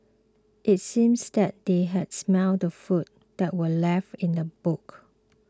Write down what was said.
it seems that they had smelt the food that were left in the boot